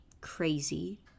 crazy